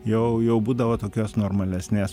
jau jau būdavo tokios normalesnės